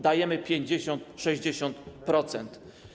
Dajemy 50, 60%.